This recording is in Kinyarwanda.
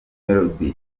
melody